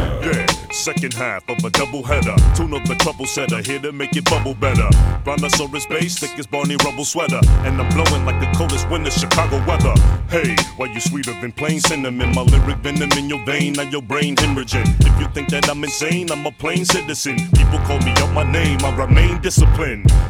Yeah, second half of a doubleheader. Tune up the trouble setter, here to make your bubble better. Rhinoceros bass, thick as Barney Rubble sweater. And I'm blowing like the coldest winter Chicago weather. Hey, why you sweeter than plain cinnamon? My lyric venom in your vein, now your brain hemorrhaging. If you think that I'm insane, I'm a plain citizen. People call me out my name, I remain disciplined.